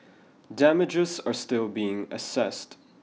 damages are still being assessed